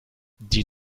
die